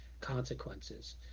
consequences